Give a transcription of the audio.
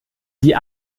die